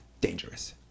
dangerous